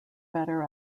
better